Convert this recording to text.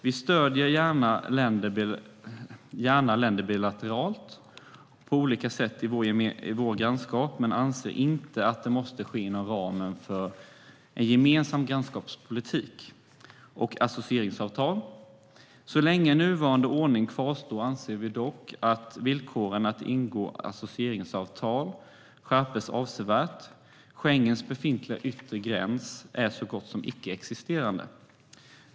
Vi stöder gärna länder bilateralt på olika sätt i vårt grannskap men anser inte att det måste ske inom ramen för gemensam grannskapspolitik och associeringsavtal. Så länge nuvarande ordning kvarstår anser vi dock att villkoren för att ingå associeringsavtal ska skärpas avsevärt. Schengens befintliga yttre gräns är så gott som icke existerande.